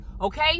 okay